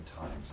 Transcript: times